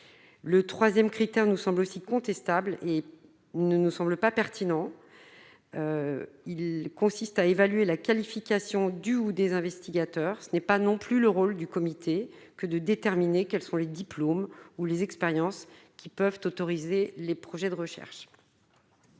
le 3ème critère nous semble aussi contestable et ne nous semble pas pertinent, il consiste à évaluer la qualification du ou des investigateurs, ce n'est pas non plus le rôle du comité que de déterminer quels sont les diplômes ou les expériences qui peuvent autoriser les projets de recherche.